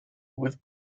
with